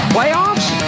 Playoffs